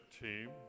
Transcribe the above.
team